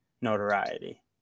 notoriety